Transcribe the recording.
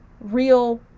real